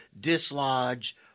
dislodge